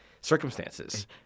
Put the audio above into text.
circumstances